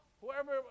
whoever